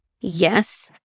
yes